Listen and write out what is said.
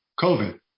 COVID